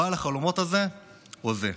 בעל החלומות הזה הוזה.